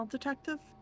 detective